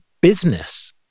business